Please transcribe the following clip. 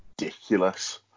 ridiculous